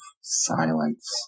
silence